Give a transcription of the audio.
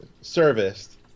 serviced